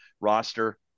roster